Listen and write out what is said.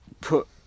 put